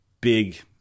big